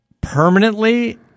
permanently